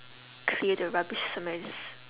clear the rubbish mess